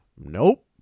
Nope